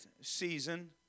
season